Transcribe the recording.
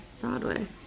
Broadway